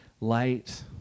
light